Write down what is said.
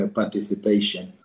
participation